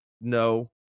no